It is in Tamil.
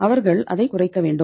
அவர்கள் அதைக் குறைக்க வேண்டும்